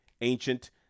Ancient